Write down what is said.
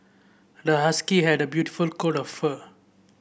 the husky had a beautiful coat of fur